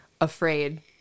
afraid